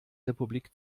republik